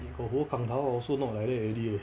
if got ho kang tao I also not like that already leh